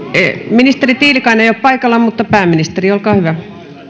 ministeri tiilikainen ei ole paikalla mutta pääministeri olkaa hyvä